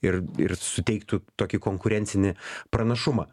ir ir suteiktų tokį konkurencinį pranašumą